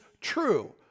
true